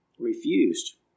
refused